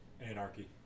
Anarchy